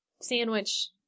sandwich